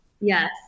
yes